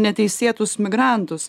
neteisėtus migrantus